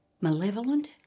malevolent